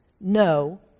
No